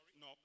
No